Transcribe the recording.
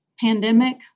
Pandemic